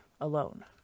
alone